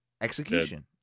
execution